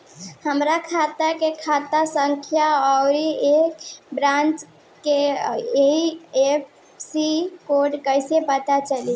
हमार खाता के खाता संख्या आउर ए ब्रांच के आई.एफ.एस.सी कोड कैसे पता चली?